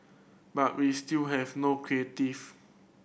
but we still have no creative